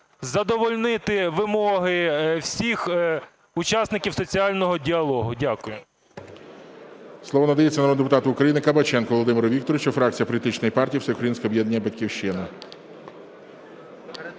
задовольнити вимоги всіх учасників соціального діалогу. Дякую.